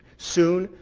soon,